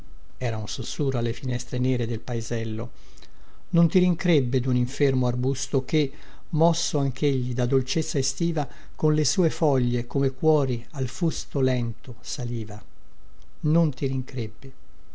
del paesello non ti rincrebbe dun infermo arbusto che mosso anchegli da dolcezza estiva con le sue foglie come cuori al fusto lento saliva non ti